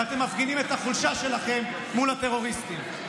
ואתם מפגינים את החולשה שלכם מול הטרוריסטים.